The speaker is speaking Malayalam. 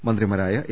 മന്ത്രിമാരായ എ